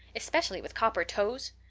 especially with copper toes?